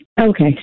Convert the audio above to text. Okay